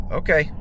okay